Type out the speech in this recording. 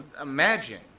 Imagine